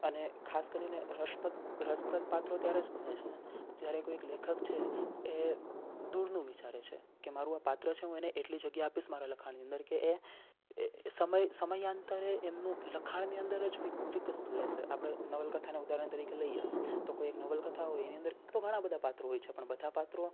અને ખાસ કરીને રસપ્રદ રસપ્રદ પાત્રો ત્યારે જ બને છે જ્યારે કોઈક લેખક છે એ દૂરનું વિચારે છે કે આ મારું પાત્ર છે હું એને એટલી જગ્યા આપીશ મારા લખાણની અંદર કે એ એ સમય સમયાંતરે એમના લખાણની અંદર જ વિકસતું રહેશે આપણે નવલકથાને ઉદાહરણ તરીકે લઈએ તો કોઈ એક નવલકથા હોય એની અંદર તો ઘણાં બધાં પાત્રો હોય છે પણ બધાં પાત્રો